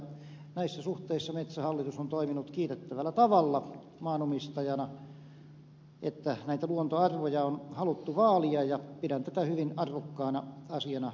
näissä suhteissa metsähallitus on toiminut kiitettävällä tavalla maanomistajana että näitä luontoarvoja on haluttu vaalia ja pidän tätä hyvin arvokkaana asiana jatkossakin